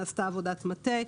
נעשתה עבודת מטה.